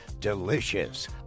delicious